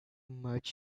much